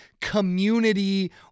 community